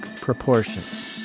proportions